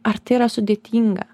ar tai yra sudėtinga